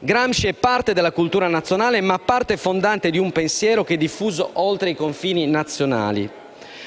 Gramsci è parte della cultura nazionale e parte fondante di un pensiero che si è diffuso oltre i confini nazionali.